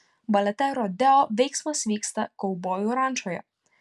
balete rodeo veiksmas vyksta kaubojų rančoje